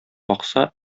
бакса